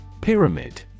Pyramid